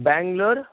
Bengaluru